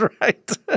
right